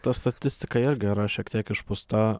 ta statistika irgi yra šiek tiek išpūsta